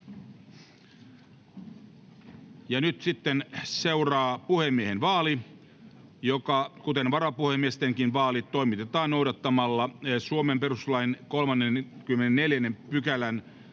Nyt seuraa puhemiehen vaali, joka, kuten varapuhemiestenkin vaalit, toimitetaan noudattamalla Suomen perustuslain 34 §:n